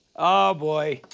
ah boy.